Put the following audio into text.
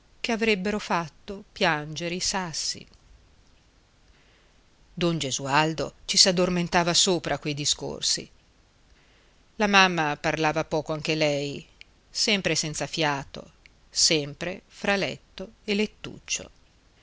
che avrebbero fatto piangere i sassi don gesualdo ci s'addormentava sopra a quei discorsi la mamma parlava poco anche lei sempre senza fiato sempre fra letto e lettuccio